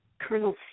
colonel